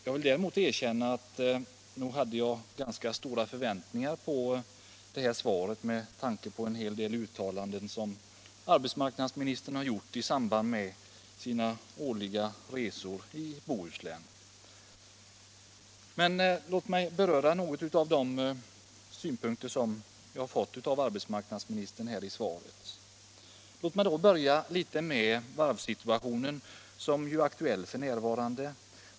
Jag vill däremot erkänna att jag nog hade ganska stora förväntningar på detta svar med tanke på en del uttalanden som arbetsmarknadsministern gjort i samband med sina årliga resor i Bohuslän. Men låt mig beröra några av de synpunkter som jag har fått av arbetsmarknadsministern här i svaret. Låt mig då börja med varvssituationen som ju är aktuell f. n.